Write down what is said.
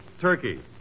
Turkey